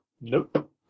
Nope